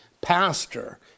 Pastor